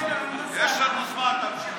יש לנו זמן, תמשיך.